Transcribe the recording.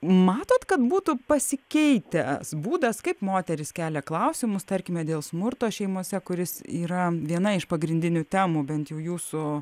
matot kad būtų pasikeitęs būdas kaip moterys kelia klausimus tarkime dėl smurto šeimose kuris yra viena iš pagrindinių temų bent jūsų